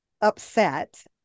upset